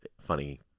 funny